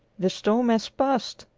the storm has passed,